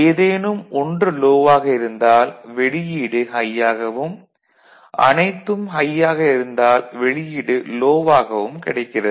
ஏதேனும் ஒன்று லோ ஆக இருந்தால் வெளியீடு ஹை ஆகவும் அனைத்தும் ஹை ஆக இருந்தால் வெளியீடு லோ ஆகவும் இருக்கிறது